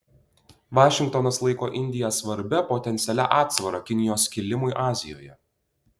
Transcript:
vašingtonas laiko indiją svarbia potencialia atsvara kinijos kilimui azijoje